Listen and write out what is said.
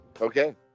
Okay